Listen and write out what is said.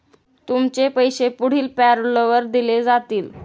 तुमचे पैसे पुढील पॅरोलवर दिले जातील